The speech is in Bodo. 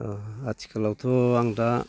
आथिखालावथ' आं दा